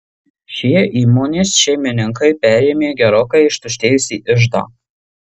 šie įmonės šeimininkai perėmė gerokai ištuštėjusį iždą